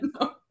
no